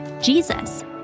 Jesus